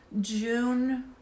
June